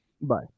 Bye